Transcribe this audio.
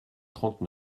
trente